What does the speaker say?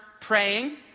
praying